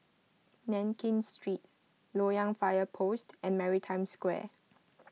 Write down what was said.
Nankin Street Loyang Fire Post and Maritime Square